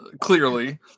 clearly